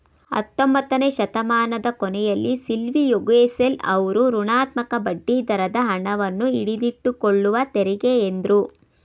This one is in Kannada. ಹತ್ತೊಂಬತ್ತನೆ ಶತಮಾನದ ಕೊನೆಯಲ್ಲಿ ಸಿಲ್ವಿಯೋಗೆಸೆಲ್ ಅವ್ರು ಋಣಾತ್ಮಕ ಬಡ್ಡಿದರದ ಹಣವನ್ನು ಹಿಡಿದಿಟ್ಟುಕೊಳ್ಳುವ ತೆರಿಗೆ ಎಂದ್ರು